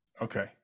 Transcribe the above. Okay